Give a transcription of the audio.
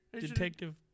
Detective